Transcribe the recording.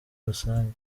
rusange